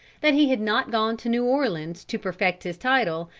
that he had not gone to new orleans to perfect his title,